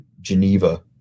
Geneva